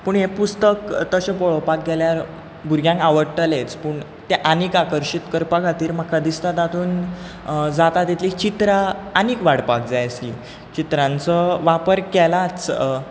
पूण हें पुस्तक तशें पळोवपाक गेल्यार भुरग्यांक आवडटलेंच पूण तें आनीक आकर्शित करपाक खातीर म्हाका दिसता तातूंत जाता तितली चित्रां आनीक वाडपाक जाय आसली चित्रांचो वापर केलाच